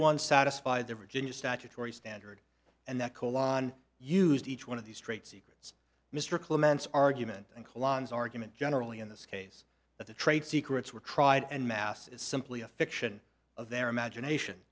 one satisfy the virginia statutory standard and the coal on used each one of these straight secrets mr clements argument and collines argument generally in this case that the trade secrets were tried and mass is simply a fiction of their imagination